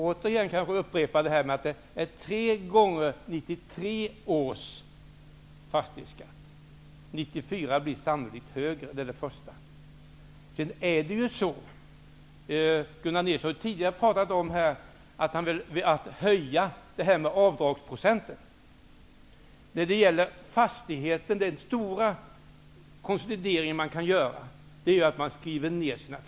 Återigen kan jag upprepa att det är tre gånger 1993 års fastighetsskatt. För 1994 blir den sannolikt högre. Gunnar Nilsson har tidigare sagt att han vill höja avdragsprocenten. Den stora konsolidering man kan göra på en fastighet är att skriva ned den.